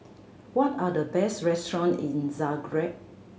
what are the best restaurant in Zagreb